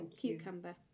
cucumber